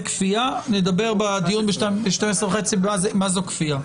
בדיון ב-11:30 נדבר מה זו כפייה.